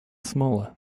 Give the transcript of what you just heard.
smaller